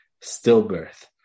Stillbirth